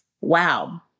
wow